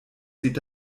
sieht